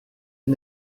est